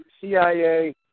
CIA